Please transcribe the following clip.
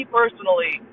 personally